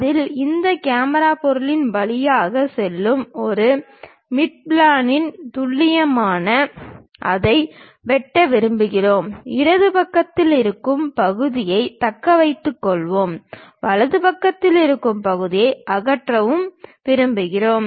அதில் இந்த கேமரா பொருளின் வழியாக செல்லும் ஒரு மிட் பிளானில் துல்லியமாக அதை வெட்ட விரும்புகிறோம் இடது பக்கத்தில் இருக்கும் பகுதியைத் தக்க வைத்துக் கொள்ளவும் வலது பக்கத்தில் இருக்கும் பகுதியை அகற்றவும் விரும்புகிறோம்